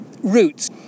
roots